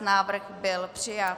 Návrh byl přijat.